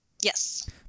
Yes